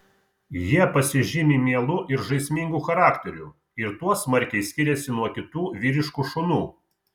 jie pasižymi mielu ir žaismingu charakteriu ir tuo smarkiai skiriasi nuo kitų vyriškų šunų